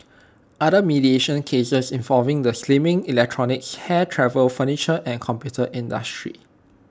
other mediation cases involved the slimming electronics hair travel furniture and computer industries